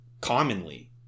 commonly